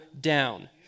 down